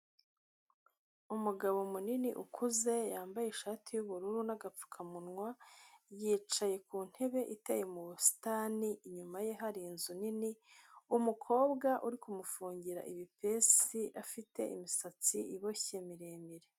Umugabo munini ukuze, yambaye ishati y'ubururu n'agapfukamunwa, yicaye ku ntebe iteye mu busitani, inyuma ye hari inzu nini, umukobwa uri kumufugira ibipesi afite imisatsi iboshye miremire.